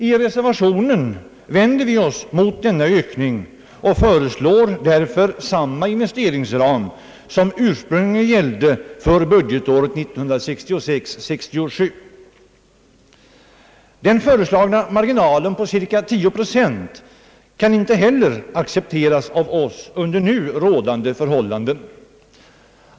I reser vationen vänder vi oss mot denna ökning och föreslår därför samma investeringsram som ursprungligen gällde för budgetåret 1966/67. Den föreslagna marginalen på cirka 10 procent kan under nu rådande förhållanden icke heller accepteras av oss.